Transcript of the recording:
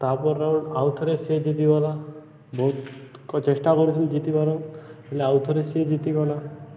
ତାପରେ ଆଉଥରେ ସିଏ ଜିତିଗଲା ବହୁତ ଲୋକ ଚେଷ୍ଟା କରୁଛନ୍ତି ଜିତିିବାର ହେଲେ ଆଉଥରେ ସିଏ ଜିତିଗଲା